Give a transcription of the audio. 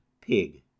pig